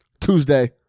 Tuesday